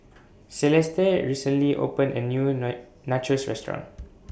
Celeste recently opened A New Nachos Restaurant